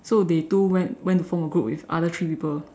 so they two went went to form a group with other three people